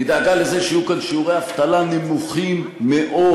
היא דאגה לזה שיהיו כאן שיעורי אבטלה נמוכים מאוד,